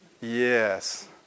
Yes